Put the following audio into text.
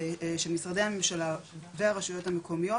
של משרדי הממשלה והרשויות המקומיות